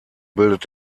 bildet